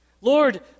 Lord